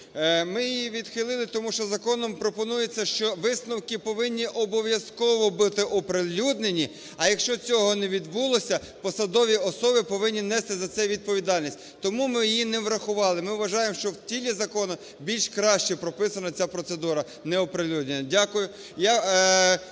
Ми її відхилили, тому що законом пропонується, що висновки повинні обов'язково бути оприлюднені, а якщо цього не відбулося, посадові особи повинні нести за це відповідальність. Тому ми її не врахували. Ми вважаємо, що в тілі закону більш краще прописана ця процедура неоприлюднення. Дякую.